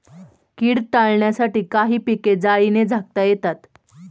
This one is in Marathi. कीड टाळण्यासाठी काही पिके जाळीने झाकता येतात